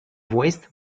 voiced